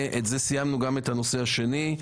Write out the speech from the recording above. סיימנו גם את הנושא השני.